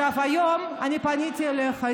היום אני פניתי אליך,